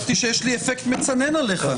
חשבתי שיש לי אפקט מצנן עליך.